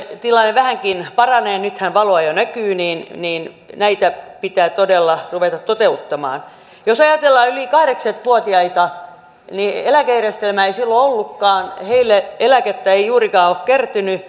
vähänkin paranee nythän valoa jo näkyy näitä pitää todella ruveta toteuttamaan jos ajatellaan yli kahdeksankymmentä vuotiaita niin eläkejärjestelmää ei silloin ollutkaan heille eläkettä ei juurikaan ole kertynyt